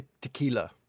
tequila